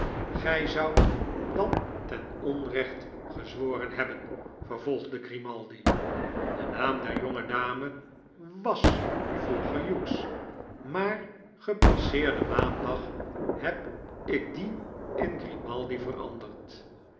gij zoudt dan te onrecht gezworen hebben vervolgde grimaldi de naam der jonge dame was vroeger hughes maar gepasseerden maandag heb ik dien in grimaldi veranderd